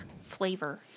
flavor